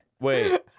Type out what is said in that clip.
Wait